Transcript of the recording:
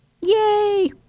yay